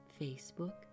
Facebook